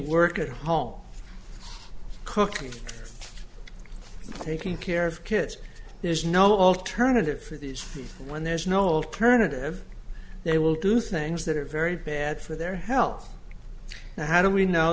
work at home cooking taking care of kids there's no alternative for these when there's no alternative they will do things that are very bad for their health and how do we know